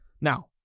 Now